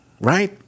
right